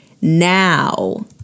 Now